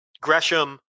Gresham